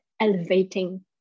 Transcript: elevating